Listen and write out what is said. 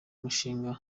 umushinga